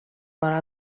vora